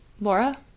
Laura